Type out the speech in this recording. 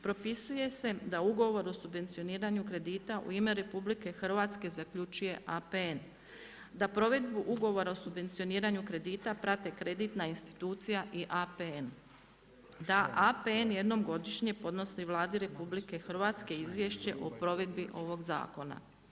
Propisuje se da ugovor o subvencioniranju kredita u ime RH zaključuje APN, da provedbu ugovora o subvencioniranju kredita prate kreditna institucija i APN, da APN jednom godišnje podnosi Vladi RH izvješće o provedbi ovoga zakona.